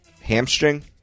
hamstring